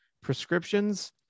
prescriptions